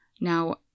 Now